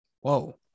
Whoa